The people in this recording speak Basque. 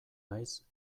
naiz